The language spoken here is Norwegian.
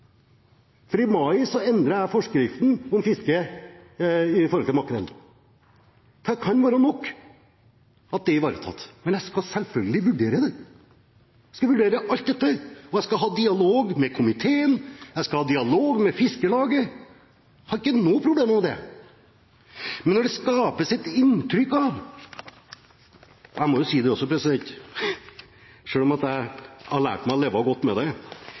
for i mai endret jeg forskriften om fiske etter makrell. Det kan være nok, at det er ivaretatt. Men jeg skal selvfølgelig vurdere det. Jeg skal vurdere alt dette, og jeg skal ha dialog med komiteen, jeg skal ha dialog med Fiskarlaget – jeg har ingen problemer med det. Men det skapes et inntrykk av – jeg må også si det, selv om jeg har lært meg å leve godt med det